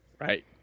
Right